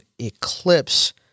eclipse